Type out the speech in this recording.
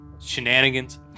shenanigans